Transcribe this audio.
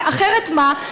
אחרת מה?